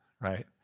right